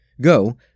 go